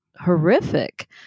horrific